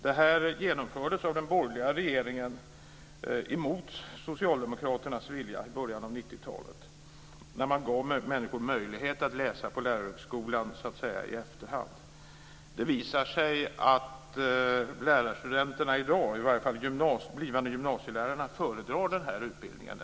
Detta genomfördes av den borgerliga regeringen, mot Socialdemokraternas vilja, i början på 90-talet, när man gav människor möjlighet att läsa på lärarhögskolan i efterhand. Det visar sig att lärarstudenterna i dag, i varje fall blivande gymnasielärare, föredrar den här utbildningen.